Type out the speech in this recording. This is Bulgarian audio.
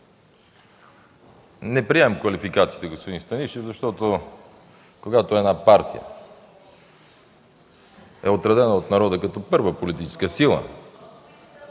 Не приемам квалификациите, господин Станишев, защото когато една партия е отредена от народа като първа политическа сила,